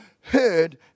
heard